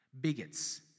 bigots